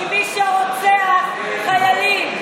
עם מי שרוצח חיילים.